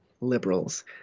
liberals